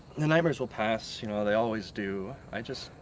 the nightmares will pass, you know, they always do. i just.